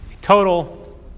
Total